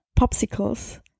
popsicles